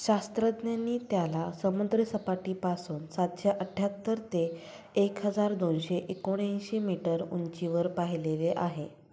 शास्त्रज्ञांनी त्याला समुद्रसपाटीपासून सातशे अठ्याहत्तर ते एक हजार दोनशे एकोणऐंशी मीटर उंचीवर पाहिलेले आहे